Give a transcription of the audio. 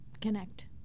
connect